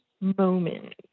moment